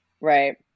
right